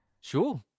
Sure